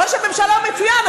ראש הממשלה מצוין,